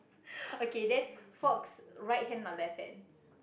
okay then forks right hand or left hand